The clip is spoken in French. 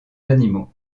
animaux